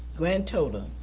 grand total,